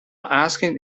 asked